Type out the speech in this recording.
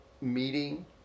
meeting